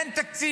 אין שם תקציב,